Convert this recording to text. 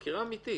חקירה אמתית.